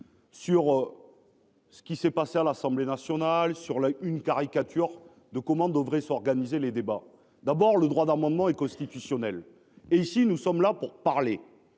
Sur. Ce qui s'est passé à l'Assemblée nationale sur la une caricature de devrait s'organiser les débats. D'abord le droit d'amendement et constitutionnelle. Et ici, nous sommes là pour parler